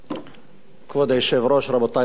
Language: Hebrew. כבוד היושב-ראש, רבותי חברי הכנסת,